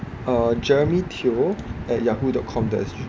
uh jeremy teo at yahoo dot com S_G